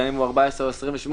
בין אם הוא 14 או 28,